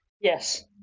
yes